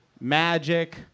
Magic